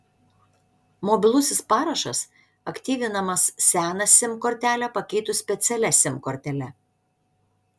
mobilusis parašas aktyvinamas seną sim kortelę pakeitus specialia sim kortele